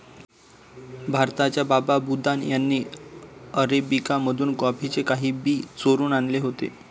भारताच्या बाबा बुदन यांनी अरेबिका मधून कॉफीचे काही बी चोरून आणले होते